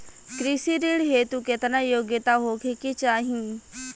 कृषि ऋण हेतू केतना योग्यता होखे के चाहीं?